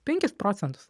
penkis procentus